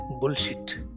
bullshit